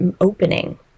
opening